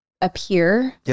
appear